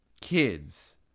kids